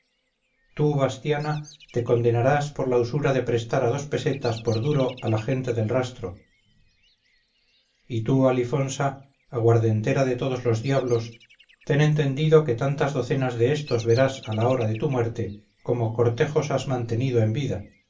tú bastiana te condenarás por la usura de prestar a dos pesetas por duro a la gente del rastro y tú alifonsa aguardentera de todos los diablos ten entendido que tantas docenas de estos verás a la hora de tu muerte como cortejos has mantenido en vida